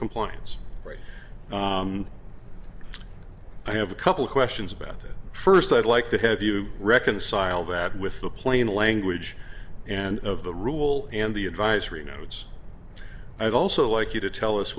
compliance right i have a couple of questions about it first i'd like to have you reconcile that with the plain language and of the rule and the advisory notes i'd also like you to tell us